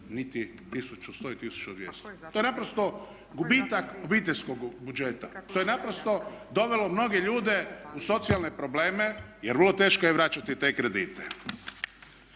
niti 1100 ili 1200. To je naprosto gubitak obiteljskog budžeta. To je naprosto dovelo mnoge ljude u socijalne probleme jer vrlo teško je vraćati te kredite.